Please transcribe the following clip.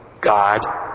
God